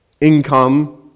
income